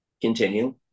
continue